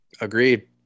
Agreed